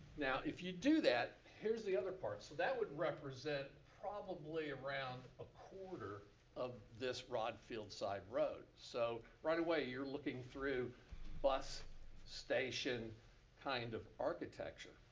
now if you do that, here's the other part. so that would represent probably around a quarter of this rodd field side road. so right away you're looking through bus station kind of architecture.